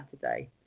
Saturday